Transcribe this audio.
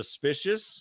suspicious